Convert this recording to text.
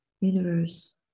universe